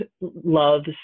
loves